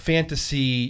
Fantasy